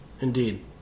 Indeed